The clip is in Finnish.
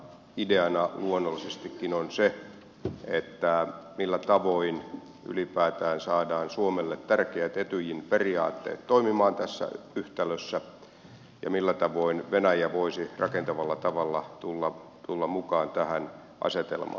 ideana luonnollisestikin on se millä tavoin ylipäätään saadaan suomelle tärkeät etyjin periaatteet toimimaan tässä yhtälössä ja millä tavoin venäjä voisi rakentavalla tavalla tulla mukaan tähän asetelmaan